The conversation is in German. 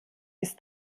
ist